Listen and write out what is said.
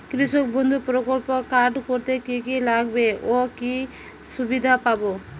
কৃষক বন্ধু প্রকল্প কার্ড করতে কি কি লাগবে ও কি সুবিধা পাব?